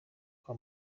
kwa